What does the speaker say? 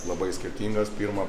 labai skirtingas pirmą